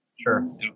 Sure